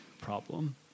problem